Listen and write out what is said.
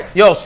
yo